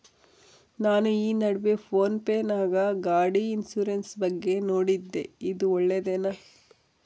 ನಾನು ಈ ನಡುವೆ ಫೋನ್ ಪೇ ನಾಗ ಗಾಡಿ ಇನ್ಸುರೆನ್ಸ್ ಬಗ್ಗೆ ನೋಡಿದ್ದೇ ಇದು ಒಳ್ಳೇದೇನಾ?